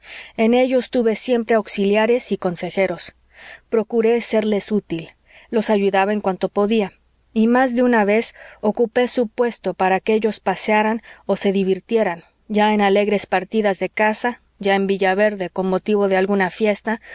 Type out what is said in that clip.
en ellos tuve siempre auxiliares y consejeros procuré serles útil los ayudaba en cuanto podía y más de una vez ocupé su puesto para que ellos pasearan o se divirtieran ya en alegres partidas de caza ya en villaverde con motivo de alguna fiesta